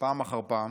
פעם אחר פעם